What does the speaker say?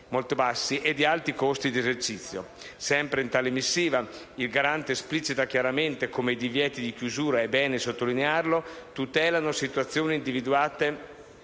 molto bassi e di alti costi di esercizio. Sempre in tale missiva, il garante esplicita chiaramente come i divieti di chiusura - è bene sottolinearlo - tutelano situazioni individuate